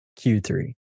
Q3